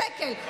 שקל.